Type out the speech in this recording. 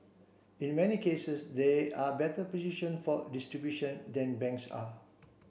and in many cases they are better positioned for distribution than banks are